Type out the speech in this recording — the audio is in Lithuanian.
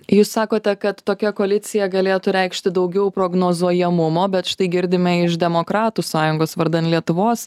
jūs sakote kad tokia koalicija galėtų reikšti daugiau prognozuojamumo bet štai girdime iš demokratų sąjungos vardan lietuvos